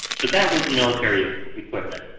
so that was military equipment.